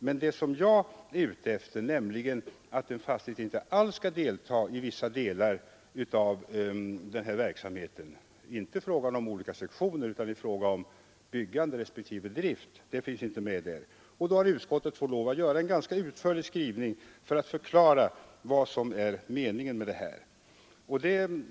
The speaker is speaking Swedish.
Men det som jag är ute efter finns inte med, nämligen att en fastighet inte alls skall delta i vissa delar av denna verksamhet — det är inte fråga om olika sektioner utan om byggande respektive drift. Utskottet har då fått lov att göra en ganska utförlig skrivning för att förklara vad meningen är.